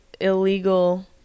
illegal